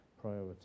priority